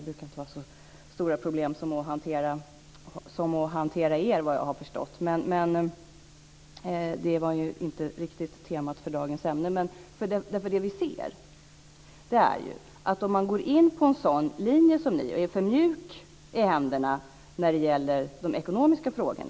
Det brukar inte vara lika stora problem som det är att hantera er, vad jag har förstått. Det här är inte riktigt temat för dagens ämne. Men det blir problem om man går in på en sådan linje som ni gör och är för mjuk i händerna när det gäller de ekonomiska frågorna.